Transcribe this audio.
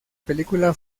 película